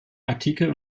artikel